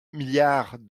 milliards